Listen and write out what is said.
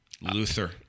Luther